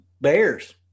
Bears